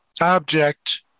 object